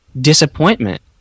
disappointment